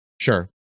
Sure